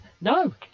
no